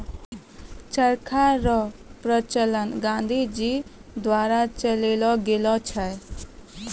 चरखा रो प्रचलन गाँधी जी द्वारा चलैलो गेलो छै